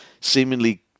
seemingly